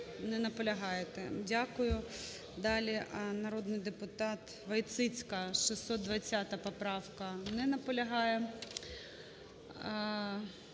Дякую. Далі, народний депутатВойціцька, 620 поправка. Не наполягає.